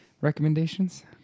recommendations